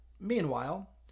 meanwhile